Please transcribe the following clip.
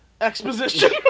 exposition